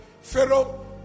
Pharaoh